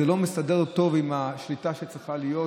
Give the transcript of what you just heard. זה לא מסתדר טוב עם השליטה שצריכה להיות,